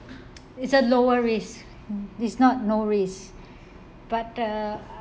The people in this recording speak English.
it's a lower risk it's not no risk but the